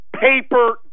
paper